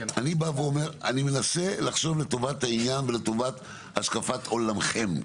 אני מנסה לחשוב לטובת העניין ולטובת השקפת עולמכם,